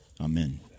Amen